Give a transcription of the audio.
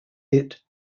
hit